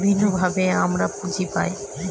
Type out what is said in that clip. বিভিন্নভাবে আমরা পুঁজি পায়